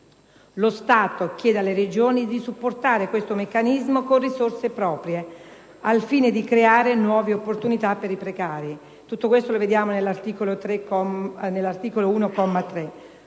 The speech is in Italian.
Lo Stato chiede alle Regioni di supportare questo meccanismo con risorse proprie al fine di creare nuove opportunità per i precari, come previsto dall'articolo 1,